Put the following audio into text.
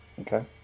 Okay